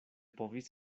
povis